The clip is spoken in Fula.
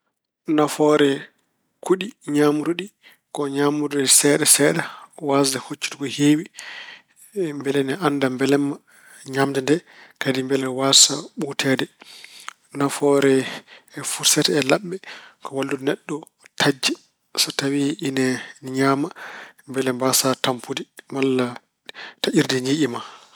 Nafoore kuɗi ñaamruɗi ko ñaamrude seeɗa seeɗa, waasde hoccude ko heewi mbele ine annda mbelamma ñaamde nde. Kadi mbele waasaa ɓuuteede. Nafoore furset e laɓɓe ko wallude neɗɗo taƴde, so tawi ine ñaama mbele mbaasaa tampude walla taƴirde ñiiƴe ma.